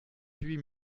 huit